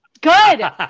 Good